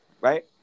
Right